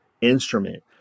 instrument